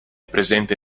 presente